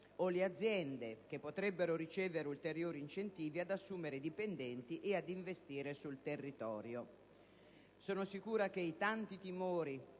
o le aziende, che potrebbero ricevere ulteriori incentivi ad assumere dipendenti e ad investire sul territorio. Sono sicura che i tanti timori